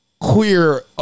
queer